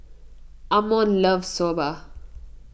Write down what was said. Ammon loves Soba